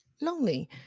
lonely